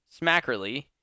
Smackerly